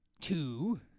two